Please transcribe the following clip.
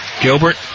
Gilbert